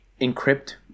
encrypt